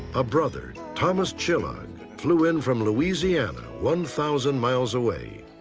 a brother, thomas chillog, flew in from louisiana, one thousand miles away.